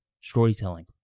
storytelling